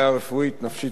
נפשית או כלכלית,